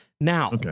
now